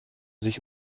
sich